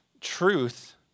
Truth